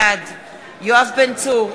בעד יואב בן צור,